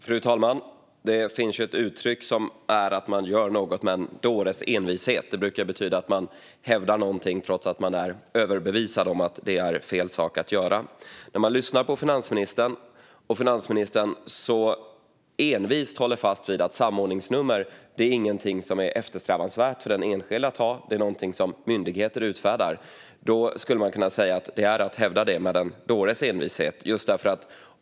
Fru talman! Det finns ett uttryck som är att man gör något med en dåres envishet. Det brukar betyda att man hävdar något trots att man är överbevisad om att det är fel sak att göra. När finansministern envist håller fast vid att samordningsnummer är något som inte är eftersträvansvärt för den enskilde att ha, att det är något som myndigheter utfärdar, kan man säga att hon hävdar det med en dåres envishet.